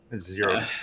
zero